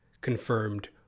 confirmed